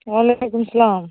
وعلیکُم سَلام